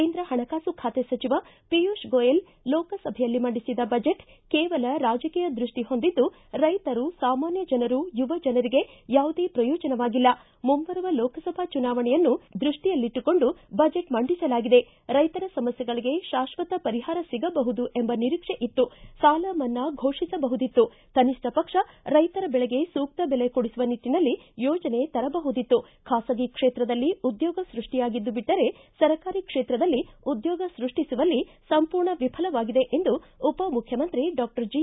ಕೇಂದ್ರ ಪಣಕಾಸು ಖಾತೆ ಸಚಿವ ಪಿಯುಷ್ ಗೋಯಲ್ ಲೋಕಸಭೆಯಲ್ಲಿ ಮಂಡಿಸಿದ ಬಜೆಟ್ ಕೇವಲ ರಾಜಕೀಯ ದೃಷ್ಟಿ ಹೊಂದಿದ್ಲು ರೈತರು ಸಾಮಾನ್ನ ಜನರು ಯುವ ಜನರಿಗೆ ಯಾವುದೇ ಪ್ರಯೋಜನವಾಗಿಲ್ಲ ಮುಂಬರುವ ಲೋಕಸಭಾ ಚುನಾವಣೆಯನ್ನು ದೃಷ್ಟಿಯಲ್ಲಿಟ್ಟುಕೊಂಡು ಬಜೆಟ್ ಮಂಡಿಸಲಾಗಿದೆ ರೈತರ ಸಮಸ್ಥೆಗಳಿಗೆ ಶಾಶ್ವತ ಪರಿಹಾರ ಸಿಗಬಹುದು ಎಂಬ ನಿರೀಕ್ಷೆ ಇತ್ತು ಸಾಲಮನ್ನಾ ಘೋಷಿಸಬಹುದಿತ್ತು ಕನಿಷ್ಠ ಪಕ್ಷ ರೈಶರ ಬೆಳೆಗೆ ಸೂಕ್ತ ಬೆಲೆ ಕೊಡಿಸುವ ನಿಟ್ಟನಲ್ಲಿ ಯೋಜನೆ ತರಬಹುದಿತ್ತು ಖಾಸಗಿ ಕ್ಷೇತ್ರದಲ್ಲಿ ಉದ್ಯೋಗ ಸೃಷ್ಟಿಯಾಗಿದ್ದು ಬಿಟ್ಟರೆ ಸರ್ಕಾರಿ ಕ್ಷೇತ್ರದಲ್ಲಿ ಉದ್ಯೋಗ ಸೃಷ್ಟಿಸುವಲ್ಲಿ ಸಂಪೂರ್ಣ ವಿಫಲವಾಗಿದೆ ಎಂದು ಉಪಮುಖ್ಯಮಂತ್ರಿ ಡಾಕ್ವರ್ ಜಿ